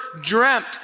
dreamt